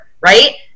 right